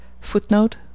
Footnote